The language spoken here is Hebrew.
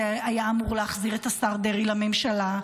זה היה אמור להחזיר את השר דרעי לממשלה.